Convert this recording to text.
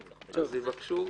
יבקשו.